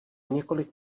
několik